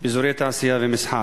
באזורי תעשייה ומסחר,